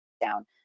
down